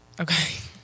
okay